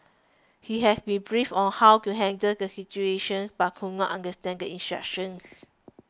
he had been briefed on how to handle the situation but could not understand the instructions